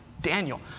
Daniel